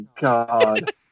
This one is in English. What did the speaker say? god